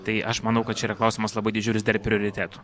tai aš manau kad čia yra klausimas labai didžiulis dėl prioritetų